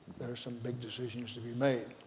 there's some big decisions to be made,